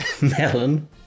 melon